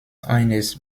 eines